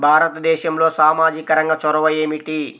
భారతదేశంలో సామాజిక రంగ చొరవ ఏమిటి?